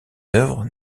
œuvres